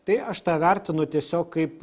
tai aš tą vertinu tiesiog kaip